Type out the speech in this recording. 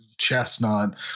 chestnut